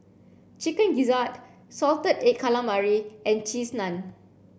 chicken gizzard salted egg calamari and cheese naan